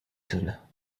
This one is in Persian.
تونم